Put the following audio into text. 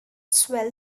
swell